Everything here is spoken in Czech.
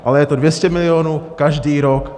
Ale je to 200 milionů každý rok.